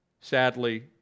sadly